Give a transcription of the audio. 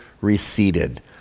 receded